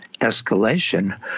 escalation